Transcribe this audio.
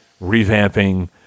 revamping